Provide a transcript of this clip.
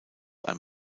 ein